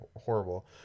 horrible